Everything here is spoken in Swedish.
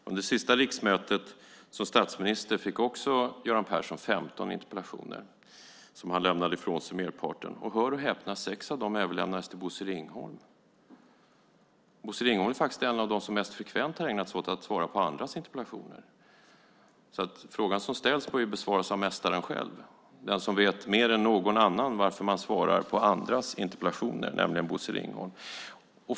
Under det sista riksmötet som statsminister fick Göran Persson 15 interpellationer, och han lämnade ifrån sig merparten. Och, hör och häpna, 6 av dem överlämnades till Bosse Ringholm! Bosse Ringholm är faktiskt en av dem som mest frekvent har ägnat sig åt att svara på andras interpellationer. Frågan som ställs bör besvaras av mästaren själv, den som vet mer än någon annan varför man svarar på andras interpellationer, nämligen Bosse Ringholm.